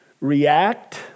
react